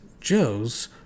Joe's